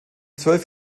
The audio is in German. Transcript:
zwölf